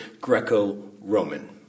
Greco-Roman